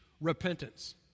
repentance